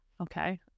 okay